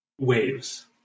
waves